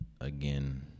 again